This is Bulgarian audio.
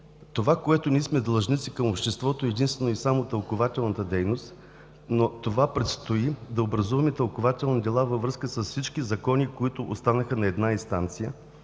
Това, с което ние сме длъжници към обществото, е единствено и само тълкувателната дейност, но това предстои – да образуваме тълкувателни дела във връзка с всички закони, които останаха на една инстанция.